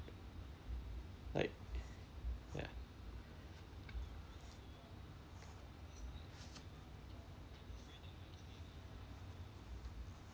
like ya